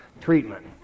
treatment